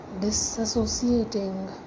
disassociating